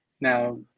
now